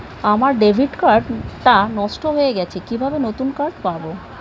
আমার debit card টা নষ্ট হয়ে গেছে কিভাবে নতুন কার্ড পাব?